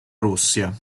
russia